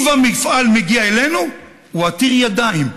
אם כבר מפעל מגיע אלינו, הוא עתיר ידיים,